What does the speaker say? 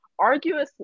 arguably